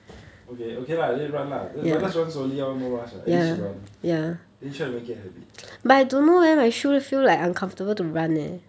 okay okay lah then run lah but just run slowly lor no rush ah at least you run then you try to make it a habit